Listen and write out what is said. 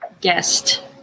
guest